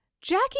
Jackie